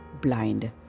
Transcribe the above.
blind